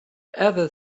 ever